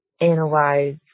analyze